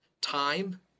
time